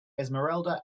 esmeralda